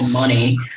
money